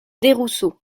desrousseaux